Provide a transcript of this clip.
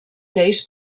lleis